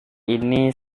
ini